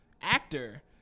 actor